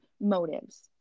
motives